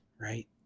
right